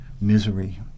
Misery